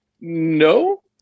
No